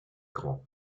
grand